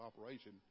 operation